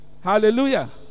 Hallelujah